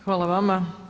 Hvala vama.